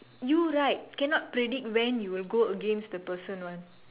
you right cannot predict when you will go against the person one